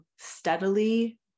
steadily